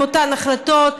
עם אותן החלטות,